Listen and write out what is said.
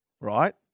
right